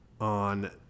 on